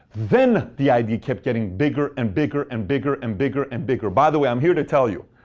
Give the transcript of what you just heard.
then the idea kept getting bigger and bigger and bigger and bigger and bigger. by the way, i'm here to tell you,